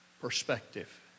perspective